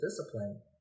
discipline